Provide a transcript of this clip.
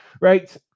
Right